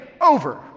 over